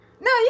No